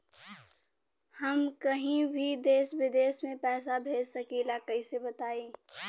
हम कहीं भी देश विदेश में पैसा भेज सकीला कईसे बताई?